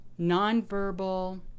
nonverbal